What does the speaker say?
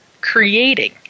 creating